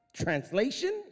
Translation